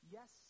Yes